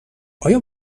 آیا